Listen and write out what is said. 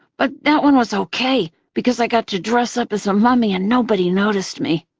but that one was okay because i got to dress up as a mummy and nobody noticed me.